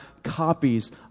copies